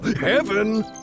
heaven